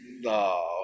no